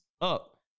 up